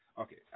Okay